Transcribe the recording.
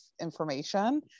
information